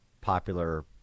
popular